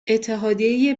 اتحادیه